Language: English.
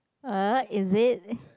uh is it